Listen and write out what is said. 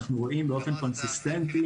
אנחנו רואים באופן קונסיסטנטי